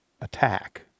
attack